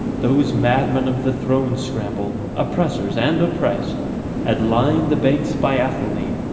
those madmen of the throne-scramble oppressors and oppressed had lined the banks by athelney,